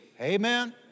amen